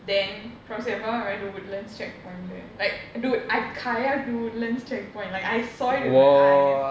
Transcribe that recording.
then from sembawang we went to woodlands checkpoint there like dude I kayak to woodlands checkpoint like I saw it with my eyes